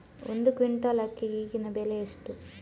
ಒಂದು ಕ್ವಿಂಟಾಲ್ ಅಕ್ಕಿಗೆ ಈಗಿನ ಬೆಲೆ ಎಷ್ಟು?